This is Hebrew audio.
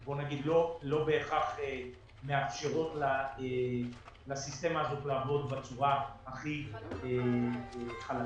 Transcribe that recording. שלא בהכרח מאפשרות לסיסטמה הזאת לעבוד בצורה הכי חלקה,